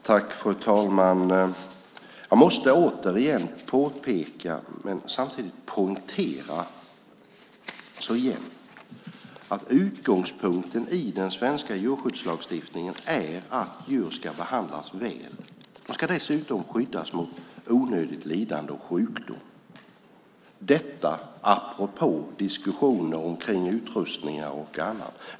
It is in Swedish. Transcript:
Fru talman! Jag måste återigen påpeka, och samtidigt poängtera, att utgångspunkten i den svenska djurskyddslagstiftningen är att djur ska behandlas väl. De ska dessutom skyddas mot onödigt lidande och sjukdom - detta apropå diskussioner om utrustning och annat.